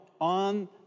on